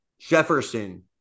Jefferson